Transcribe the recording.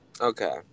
Okay